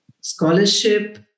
scholarship